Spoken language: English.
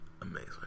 Amazing